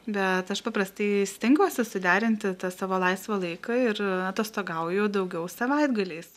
bet aš paprastai stengiuosi suderinti tą savo laisvą laiką ir atostogauju daugiau savaitgaliais